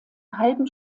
halben